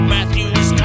Matthews